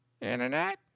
Internet